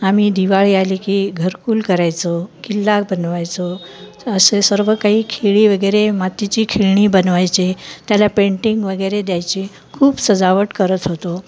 आम्ही दिवाळी आली की घरकुल करायचो किल्ला बनवायचो असे सर्व काही खेळी वगैरे मातीची खेळणी बनवायचे त्याला पेंटिंग वगैरे द्यायची खूप सजावट करत होतो